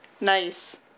Nice